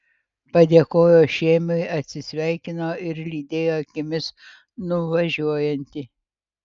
padėkojo šėmiui atsisveikino ir lydėjo akimis nuvažiuojantį